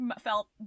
felt